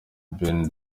ben